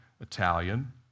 Italian